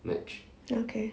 okay